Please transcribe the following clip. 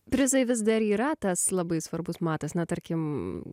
prizai vis dar yra tas labai svarbus matas na tarkim